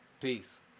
Peace